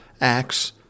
acts